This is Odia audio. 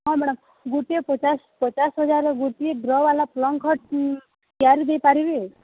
ହଁ ମ୍ୟାଡ଼ାମ୍ ଗୁଟେ ପଚାଶ ପଚାଶ ହଜାର ଗୋଟିଏ ଡ୍ର ବାଲା ପଲଂ ଖଟ୍ ତିଆରି ଦେଇପାରିବେ